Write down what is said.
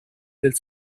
del